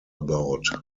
about